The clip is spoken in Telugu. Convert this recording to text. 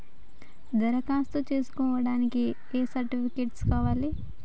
దరఖాస్తు చేస్కోవడానికి ఏ సర్టిఫికేట్స్ కావాలి?